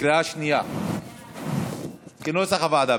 בקריאה שנייה, כנוסח הוועדה.